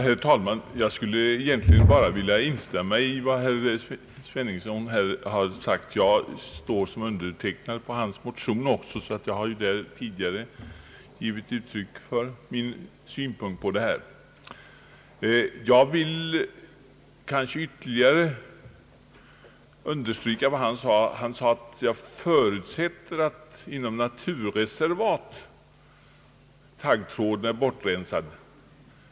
Herr talman! Jag skulle egentligen bara vilja instämma i vad herr Sveningsson här har sagt. Jag står också som undertecknare på hans motion, och jag har därför givit uttryck för mina synpunkter i motionen. Jag vill dock ytterligare understryka vad han sade. Herr Sveningsson sade att han förutsatte att taggtråden är bortrensad inom naturreservat.